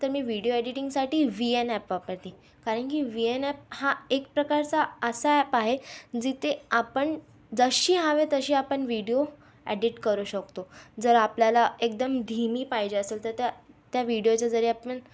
तर मी व्हिडीओ एडिटिंगसाठी व्ही एन ॲप वापरते कारण की व्ही एन ॲप हा एक प्रकारचा असा ॲप आहे जिथे आपण जशी हवी तशी आपण व्हिडीओ एडिट करू शकतो जर आपल्याला एकदम धीमी पाहिजे असेल तर त्या त्या व्हिडीओचे जरी आपण